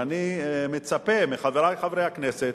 ואני מצפה מחברי חברי הכנסת,